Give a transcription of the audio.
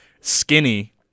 Skinny